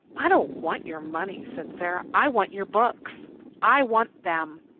i don't want your money, said sara. i want your books i want them.